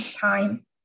time